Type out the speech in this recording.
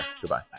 Goodbye